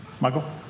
Michael